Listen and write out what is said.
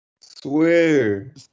Swear